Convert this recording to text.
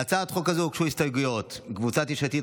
להצעת חוק זו הוגשו הסתייגויות של קבוצת סיעת יש עתיד,